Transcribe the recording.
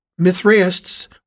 Mithraists